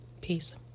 Peace